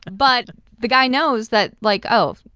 but the guy knows that, like, oh,